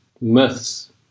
myths